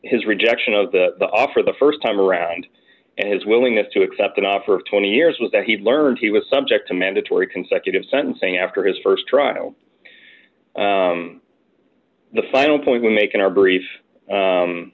his rejection of the offer the st time around and his willingness to accept an offer of twenty years was that he learned he was subject to mandatory consecutive sentencing after his st trial the final point we make in our brief